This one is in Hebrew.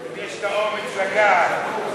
אם יש האומץ לגעת.